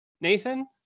Nathan